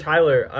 Tyler